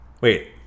Wait